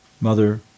mother